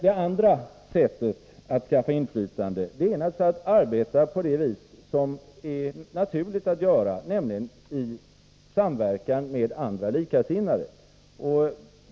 Det andra sättet att skaffa inflytande är naturligtvis att arbeta på det vis som är naturligt, nämligen i samverkan med andra likasinnade.